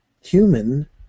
human